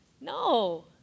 No